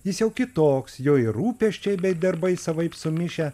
jis jau kitoks jo ir rūpesčiai bei darbai savaip sumišę